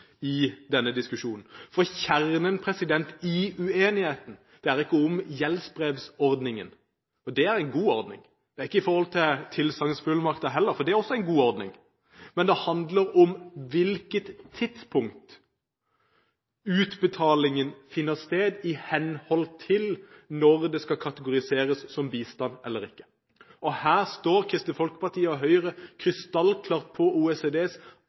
i denne diskusjonen. Kjernen i uenigheten er ikke gjeldsbrevordningen, det er en god ordning. Kjernen er heller ikke tilsagnsfullmakter, for det er også en god ordning. Det handler om hvilket tidspunkt utbetalingen finner sted i henhold til når det skal kategoriseres som bistand eller ikke. Her står Kristelig Folkeparti og Høyre krystallklart på OECDs